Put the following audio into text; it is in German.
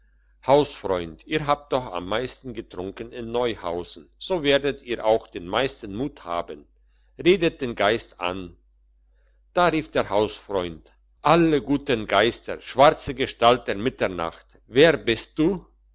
hausfreund ihr habt doch am meisten getrunken in neuhausen so werdet ihr auch den meisten mut haben redet den geist an da rief der hausfreund alle guten geister schwarze gestalt der mitternacht wer bist du